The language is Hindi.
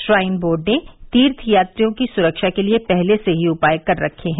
श्राइन बोर्ड ने तीर्थयात्रियों की सुरक्षा के लिए पहले से ही उपाय कर रखे है